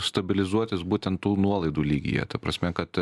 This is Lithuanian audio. stabilizuotis būtent tų nuolaidų lygyje ta prasme kad